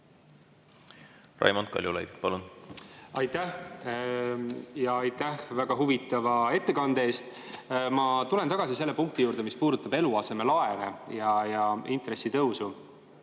Raimond Kaljulaid, palun! Aitäh! Ja aitäh väga huvitava ettekande eest! Ma tulen tagasi selle punkti juurde, mis puudutab eluasemelaene ja intressitõusu.